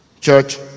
Church